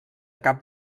cap